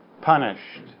punished